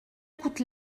coûte